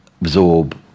absorb